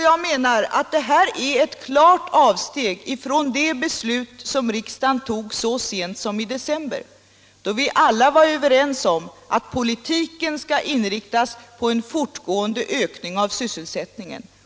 Jag menar att detta är ett klart avsteg från ett beslut som riksdagen fattade så sent som i december, då vi alla var överens om att politiken skulle inriktas på en fortgående ökning av sysselsättningen.